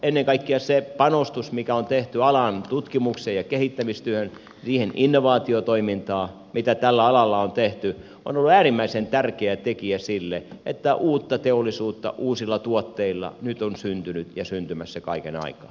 ennen kaikkea se panostus mikä on tehty alan tutkimukseen ja kehittämistyöhön siihen innovaatiotoimintaan mitä tällä alalla on tehty on ollut äärimmäisen tärkeä tekijä siinä että uutta teollisuutta uusilla tuotteilla nyt on syntynyt ja syntymässä kaiken aikaa